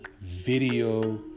video